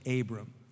Abram